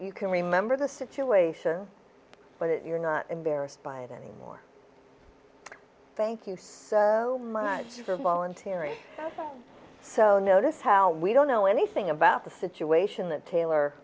you can remember the situation but you're not embarrassed by it anymore thank you so much for volunteering so notice how we don't know anything about the situation that taylor